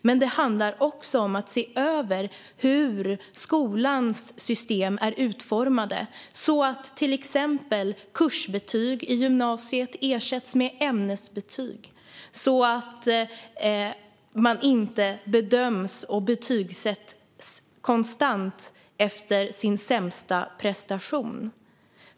Men det handlar också om att se över hur skolans system är utformade och till exempel ersätta kursbetyg i gymnasiet med ämnesbetyg så att man inte konstant bedöms och betygsätts efter sin sämsta prestation.